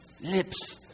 Lips